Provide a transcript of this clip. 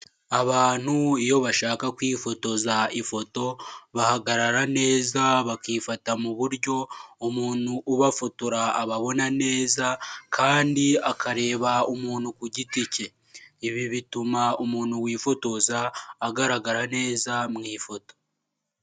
Abantu iyo bashaka kwifotoza ifoto, bahagarara neza, bakifata mu buryo umuntu ubafotora ababona neza, kandi akareba umuntu ku giti cye. Ibi bituma umuntu wifotoza agaragara neza mu ifoto.